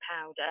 powder